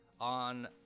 on